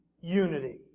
unity